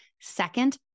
Second